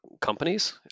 companies